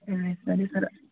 ಆಯ್ತು ಸರಿ ಸರ